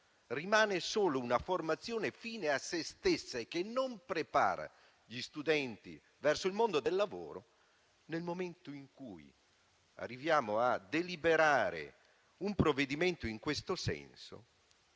rimane solo una formazione fine a sé stessa e che non prepara gli studenti al mondo del lavoro. Nel momento in cui arriviamo a deliberare un provvedimento in questo senso,